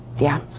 yeah,